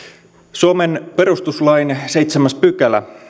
suomen perustuslain seitsemäs pykälä